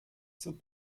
zum